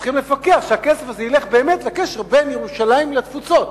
צריכים לפקח שהכסף הזה ילך באמת לקשר בין ירושלים לתפוצות,